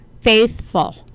faithful